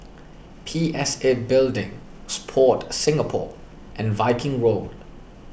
P S A Building Sport Singapore and Viking Road